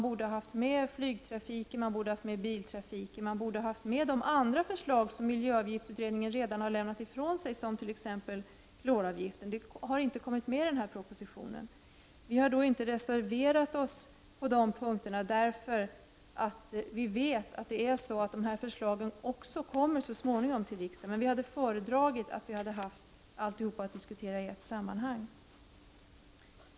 Förslagen om flygtrafiken och biltrafiken och de andra förslag som miljöavgiftsutredningen redan har lagt fram borde ha varit med, t.ex. ett förslag om kloravgift. Dessa förslag har inte kommit med i denna proposition. Vi har inte reserverat oss på dessa punkter, eftersom vi vet att de förslagen så småningom kommer till riksdagen. Men vi hade föredragit att diskutera allt i ett sammanhang.